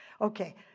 Okay